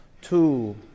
two